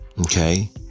Okay